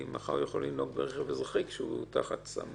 כי מחר הוא יכול לנהוג ברכב אזרחי כשהוא תחת סמים.